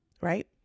Right